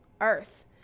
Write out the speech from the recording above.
earth